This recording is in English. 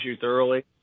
thoroughly